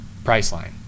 Priceline